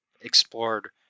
explored